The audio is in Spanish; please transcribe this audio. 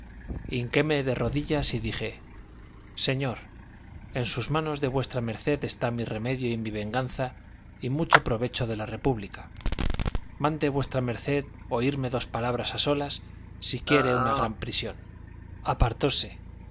que sí hinquéme de rodillas y dije señor en sus manos de v md está mi remedio y mi venganza y mucho provecho de la república mande v md oírme dos palabras a solas si quiere una gran prisión apartóse ya